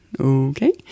Okay